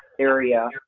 area